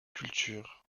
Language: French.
culture